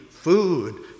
Food